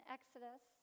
Exodus